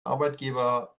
arbeitgeber